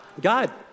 God